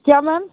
क्या मैम